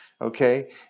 okay